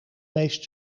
meest